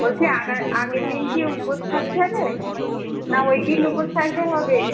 বলছি আগের আগের দিন কি উপোস থাকতে হবে না ওই দিন উপোস থাকলে হবে